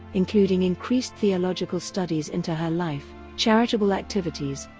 including increased theological studies into her life, charitable activities,